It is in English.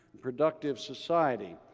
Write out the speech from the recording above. productive society,